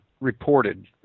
reported